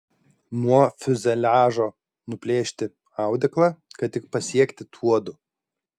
nuo fiuzeliažo nuplėšti audeklą kad tik pasiekti tuodu